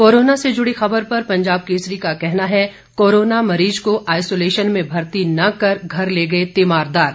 corona से जुड़ी खबर पर पंजाब केसरी का कहना है कोरोना मरीज को आइसोलेशन में भर्ती न कर घर ले गए तीमारदार